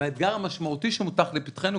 והאתגר המשמעותי שמונח לפתחנו,